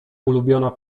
ulubiona